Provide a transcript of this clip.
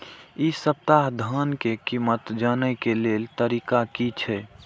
इ सप्ताह धान के कीमत जाने के लेल तरीका की छे?